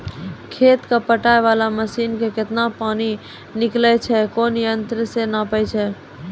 खेत कऽ पटाय वाला मसीन से केतना पानी निकलैय छै कोन यंत्र से नपाय छै